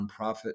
nonprofit